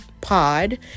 Pod